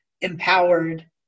empowered